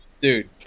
Dude